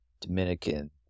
Dominican